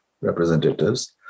Representatives